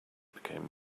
became